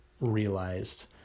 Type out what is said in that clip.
realized